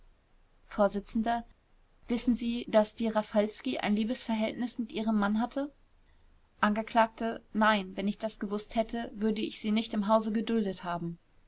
vors wissen sie daß die raffalski ein liebesverhältnis hältnis mit ihrem mann hatte angekl nein wenn ich das gewußt hätte würde ich sie nicht im hause geduldet haben